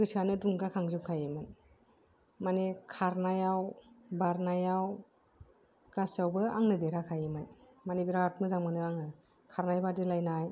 गोसोआनो दुंगाखांजोबखायोमोन माने खारनायाव बारनायाव गासिबावबो आंनो देरहाखायोमोन मानि बिराद मोजां मोनो आङो खारनाय बादिलायनाय